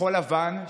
כחול לבן,